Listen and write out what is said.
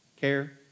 care